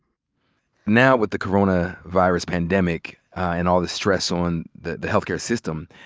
now with the coronavirus pandemic, and all the stress on the the health care system,